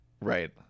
Right